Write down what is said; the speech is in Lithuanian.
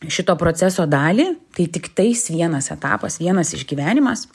šito proceso dalį tai tiktais vienas etapas vienas išgyvenimas